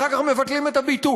אחר כך מבטלים את הביטול,